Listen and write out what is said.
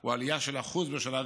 הוא עלייה של 1% בשנה,